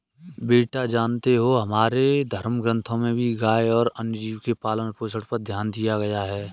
बेटा जानते हो हमारे धर्म ग्रंथों में भी गाय और अन्य जीव के पालन पोषण पर ध्यान दिया गया है